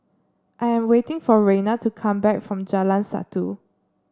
I am waiting for Reina to come back from Jalan Satu